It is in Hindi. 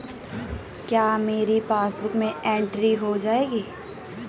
क्या मेरी पासबुक में एंट्री हो जाएगी?